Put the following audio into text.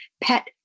pet